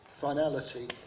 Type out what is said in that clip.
finality